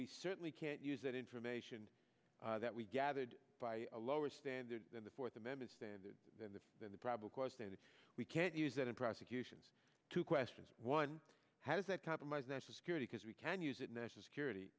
we certainly can't use that information that we gathered by a lower standard than the fourth amendment standard and then the problem was that we can't use that in prosecutions two questions one how does that compromise national security because we can use it national security